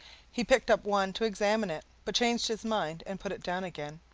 he picked up one to examine it, but changed his mind and put it down again.